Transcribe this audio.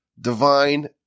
divine